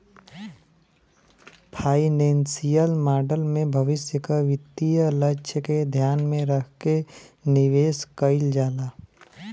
financial model में भविष्य क वित्तीय लक्ष्य के ध्यान में रखके निवेश कइल जाला